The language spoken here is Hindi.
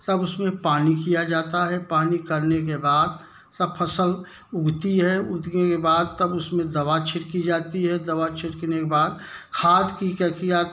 तब उस में पानी किया जाता है पानी करने के बाद तब फ़सल उगती है उगने के बाद तब उस में दवा छिड़की जाती है दवा छिड़कने के बाद खाद की क्या किया